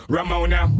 Ramona